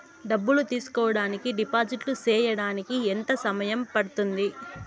డబ్బులు తీసుకోడానికి డిపాజిట్లు సేయడానికి ఎంత సమయం పడ్తుంది